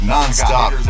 Non-stop